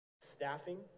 staffing